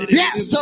yes